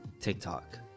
tiktok